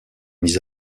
mis